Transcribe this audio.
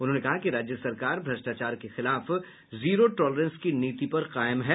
उन्होंने कहा कि राज्य सरकार भ्रष्टाचार के खिलाफ जीरो टॉलरेंस की नीति पर कायम है